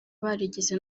barigeze